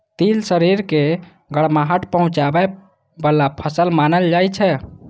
तिल शरीर के गरमाहट पहुंचाबै बला फसल मानल जाइ छै